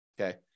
okay